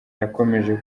yakomeje